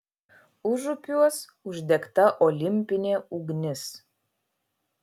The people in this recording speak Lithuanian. užupiuos uždegta olimpinė ugnis